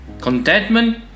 Contentment